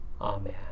Amen